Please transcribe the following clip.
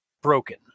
broken